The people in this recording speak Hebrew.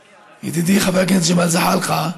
ידידי חבר הכנסת ג'מאל זחאלקה,